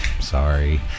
sorry